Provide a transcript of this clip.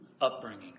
upbringing